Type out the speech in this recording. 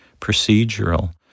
procedural